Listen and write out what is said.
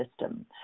system